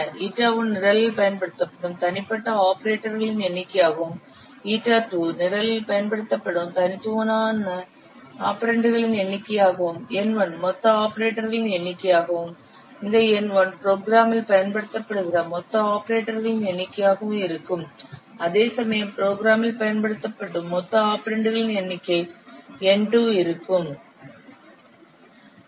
η1 நிரலில் பயன்படுத்தப்படும் தனிப்பட்ட ஆபரேட்டர்களின் எண்ணிக்கையாகவும் η 2 நிரலில் பயன்படுத்தப்படும் தனித்துவமான ஆபரெண்டுகளின் எண்ணிக்கையாகவும் N1 மொத்த ஆபரேட்டர்களின் எண்ணிக்கையாகவும் இந்த N1 ப்ரோக்ராமில் பயன்படுத்தப்படுகிற மொத்த ஆபரேட்டர்களின் எண்ணிக்கையாகவும் இருக்கும் அதேசமயம் ப்ரோக்ராமில் பயன்படுத்தப்படும் மொத்த ஆபரெண்டுகளின் எண்ணிக்கையாக N2 இருக்கும்